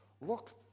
Look